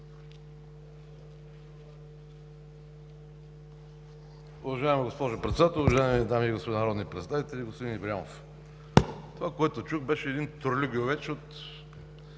Уважаема госпожо Председател, уважаеми дами и господа народни представители! Господин Ибрямов, това, което чух, беше един тюрлюгювеч от